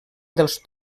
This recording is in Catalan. dels